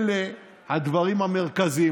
אלה הדברים המרכזיים.